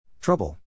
Trouble